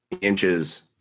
inches